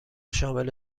شامل